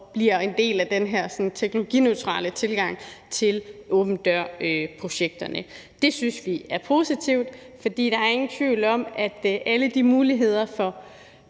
bliver en del af den her sådan teknologineutrale tilgang til åben dør-projekterne. Det synes vi er positivt, for der er ingen tvivl om, at alle de muligheder for